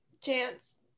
chance